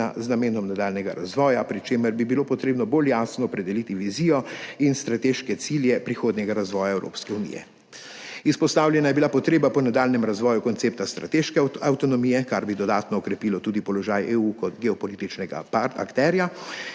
z namenom nadaljnjega razvoja, pri čemer bi bilo treba bolj jasno opredeliti vizijo in strateške cilje prihodnjega razvoja Evropske unije. Izpostavljena je bila potreba po nadaljnjem razvoju koncepta strateške avtonomije, kar bi dodatno okrepilo tudi položaj EU kot geopolitičnega akterja.